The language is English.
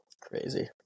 crazy